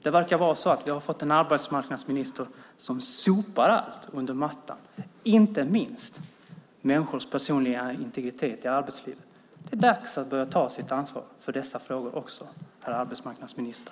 Det verkar vara så att vi har fått en arbetsmarknadsminister som sopar allt under mattan, inte minst människors personliga integritet i arbetslivet. Det är dags att börja ta ansvar för dessa frågor också, herr arbetsmarknadsminister!